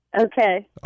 Okay